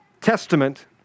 Testament